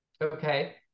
Okay